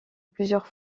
plusieurs